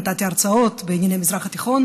נתתי הרצאות בענייני המזרח התיכון.